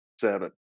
seven